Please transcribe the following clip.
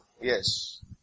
Yes